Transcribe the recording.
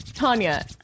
Tanya